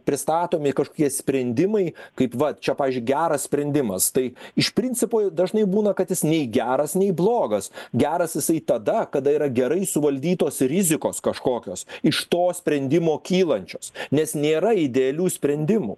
pristatomi kažkokie sprendimai kaip va čia pavyzdžiui geras sprendimas tai iš principo dažnai būna kad jis nei geras nei blogas geras jisai tada kada yra gerai suvaldytos rizikos kažkokios iš to sprendimo kylančios nes nėra idealių sprendimų